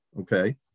okay